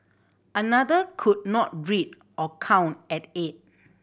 another could not read or count at eight